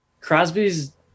Crosby's